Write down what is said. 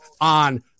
on